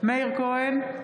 מאיר כהן,